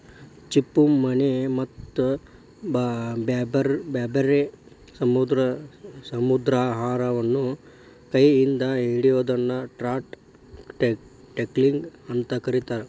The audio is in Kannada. ಚಿಪ್ಪುಮೇನ ಮತ್ತ ಬ್ಯಾರ್ಬ್ಯಾರೇ ಸಮುದ್ರಾಹಾರವನ್ನ ಕೈ ಇಂದ ಹಿಡಿಯೋದನ್ನ ಟ್ರೌಟ್ ಟಕ್ಲಿಂಗ್ ಅಂತ ಕರೇತಾರ